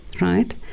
right